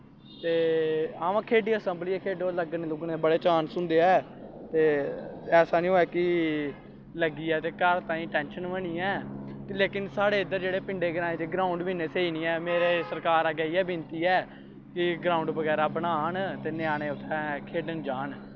ते अवा संभलियै खेलो लग्गने लुग्गने दे बड़े चांस होंदे ऐं ते ऐसा नि होऐ कि लग्गी जा ते घर ताईं टैंशन बनी जा ते लेकिन साढ़े इद्धर पिंडें ग्राएं च ग्राउंड बी इन्ने स्हेई निं ऐं मेरी सरकार अग्गैं इ'यै बिन्नती ऐ ग्राउंड बगैरा बनान ते ञ्यानें उत्थैं खेढन जाह्न